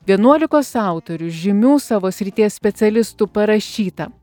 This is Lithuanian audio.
vienuolikos autorių žymių savo srities specialistų parašytą